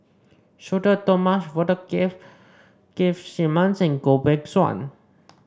Sudhir Thomas Vadaketh Keith Simmons and Goh Beng Kwan